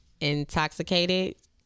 intoxicated